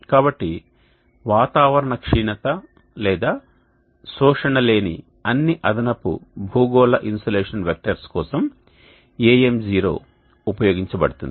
కాబట్టి వాతావరణ క్షీణత లేదా శోషణ లేని అన్ని అదనపు భూగోళ ఇన్సోలేషన్ వెక్టర్స్ కోసం AM0 ఉపయోగించ బడుతుంది